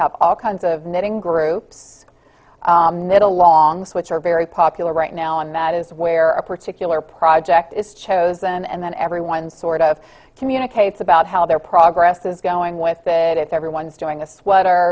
have all kinds of knitting groups middle longs which are very popular right now and that is where a particular project is chosen and then everyone sort of communicates about how their progress is going with it if everyone's doing a sweater